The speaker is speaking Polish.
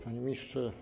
Panie Ministrze!